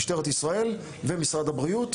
אלה משטרת ישראל ומשרד הבריאות,